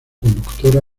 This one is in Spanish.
conductora